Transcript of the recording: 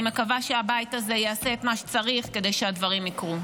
אני מקווה שהבית הזה יעשה את מה שצריך כדי שהדברים יקרו.